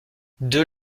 deux